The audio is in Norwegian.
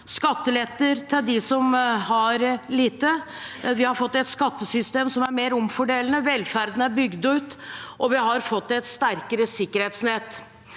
skatteletter til dem som har lite, vi har fått et skattesystem som er mer omfordelende, velferden er bygd ut, og vi har fått et sterkere sikkerhetsnett.